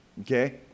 Okay